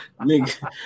Nigga